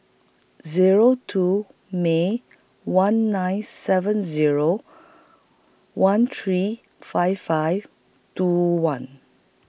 Zero two May one nine seven Zero one three five five two one